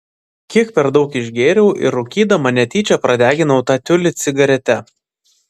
kiek per daug išgėriau ir rūkydama netyčia pradeginau tą tiulį cigarete